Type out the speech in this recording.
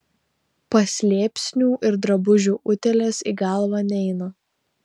paslėpsnių ir drabužių utėlės į galvą neina